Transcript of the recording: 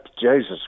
Jesus